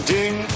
Ding